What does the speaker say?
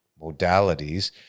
modalities